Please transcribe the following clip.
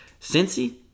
Cincy